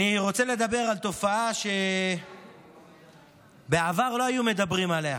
אני רוצה לדבר על תופעה שבעבר לא היו מדברים עליה.